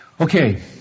Okay